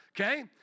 okay